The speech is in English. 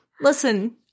listen